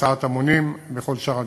הסעת המונים וכל שאר הדברים.